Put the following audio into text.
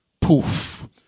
poof